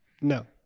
No